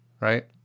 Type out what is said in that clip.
right